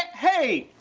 hey,